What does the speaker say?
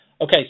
Okay